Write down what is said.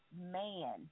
man